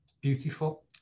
beautiful